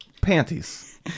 panties